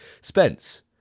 Spence